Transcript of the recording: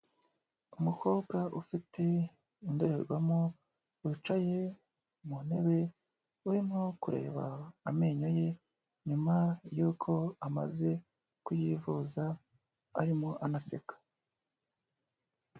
Umukobwa ufite indorerwamo wicaye mu ntebe urimo kureba amenyo ye nyuma yuko amaze kuyivuza arimo anaseka.